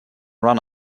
run